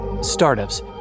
Startups